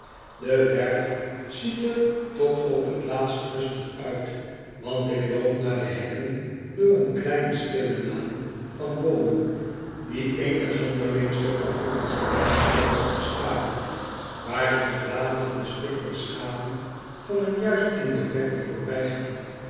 de werf ziet er tot op t laatst rustig uit want ik loop naar de hekken door een kleine stille laan van boomen die een der zonderlingste van hollandsche landingsplaatsen beschaduwt waar de met bladeren bespikkelde schaduw van een juist in de verte voorbijgaand